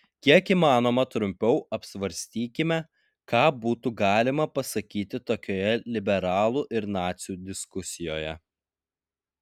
kiek įmanoma trumpiau apsvarstykime ką būtų galima pasakyti tokioje liberalų ir nacių diskusijoje